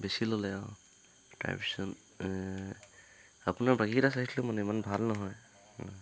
বেছি ল'লে অঁ তাৰপিছত আপোনাৰ বাকীকেইটা চাইছিলোঁ মানে ইমান ভাল নহয়